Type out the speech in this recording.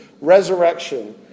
resurrection